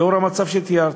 לנוכח המצב שתיארתי,